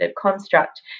construct